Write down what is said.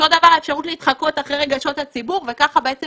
אותו דבר האפשרות להתחקות אחרי רגשות הציבור וככה בעצם